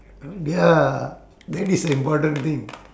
um ya that is the important thing